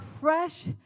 fresh